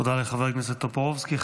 תודה לחבר הכנסת טופורובסקי.